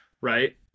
right